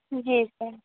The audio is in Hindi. जी सर